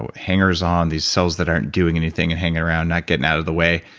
ah hangers on, these cells that aren't doing anything and hang around, not getting out of the way.